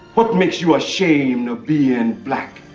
what makes you ashamed of being black?